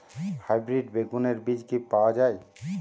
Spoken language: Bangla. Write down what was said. হাইব্রিড বেগুনের বীজ কি পাওয়া য়ায়?